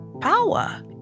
power